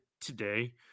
today